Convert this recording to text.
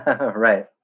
Right